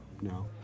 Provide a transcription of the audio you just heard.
No